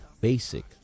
Basic